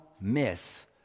miss